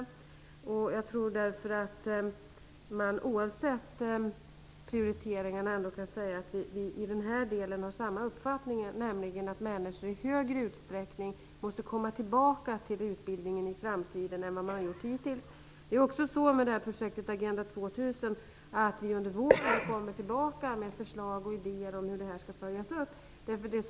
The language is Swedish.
Jag tror därför att man oavsett prioriteringarna ändock kan säga att vi har samma uppfattning i den här delen, nämligen att människor i högre utsträckning än hittills måste komma tillbaka till utbildning. Under våren återkommer vi med förslag och idéer om hur projektet Agenda 2000 skall följas upp.